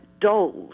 dolls